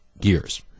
gears